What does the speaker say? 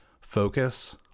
Focus